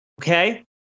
okay